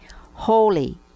Holy